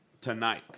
tonight